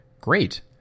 Great